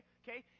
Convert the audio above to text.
okay